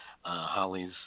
Holly's